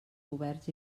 governs